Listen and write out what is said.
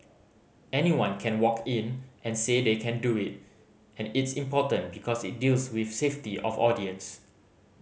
anyone can walk in and say they can do it and it's important because it deals with safety of audience